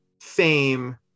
fame